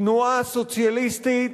תנועה סוציאליסטית